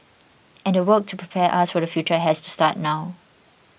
and the work to prepare us for the future has to start now